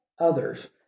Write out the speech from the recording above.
others